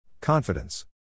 Confidence